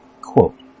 quote